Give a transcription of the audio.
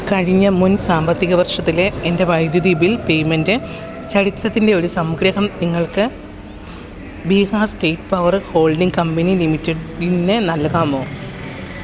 കഴിഞ്ഞ മുൻ സാമ്പത്തിക വർഷത്തിലെ എൻ്റെ വൈദ്യുതി ബിൽ പേയ്മെൻ്റ് ചരിത്രത്തിൻ്റെ ഒരു സംഗ്രഹം നിങ്ങൾക്ക് Bihar state power holding company ലിമിറ്റഡിനു നൽകാമോ